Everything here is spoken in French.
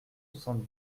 soixante